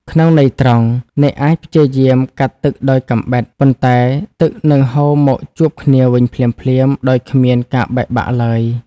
ក្នុងន័យត្រង់ អ្នកអាចព្យាយាមកាត់ទឹកដោយកាំបិត ប៉ុន្តែទឹកនឹងហូរមកជួបគ្នាវិញភ្លាមៗដោយគ្មានការបែកបាក់ឡើយ។